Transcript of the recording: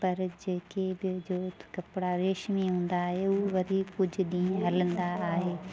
पर जेके बि जो कपिड़ा रेशमी हूंदा आहे उहे वरी कुझु ॾींहं हलंदा आहे